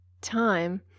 time